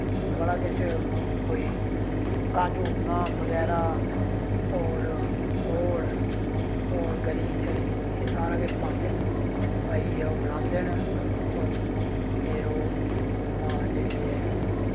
बड़ा किश कोई काजू बदाम बगैरा होर खोट होर गरी एह् सारा किश पांदे न आइयै एह् बनांदे न होर फिर ओह् मां जेह्ड़ी ऐ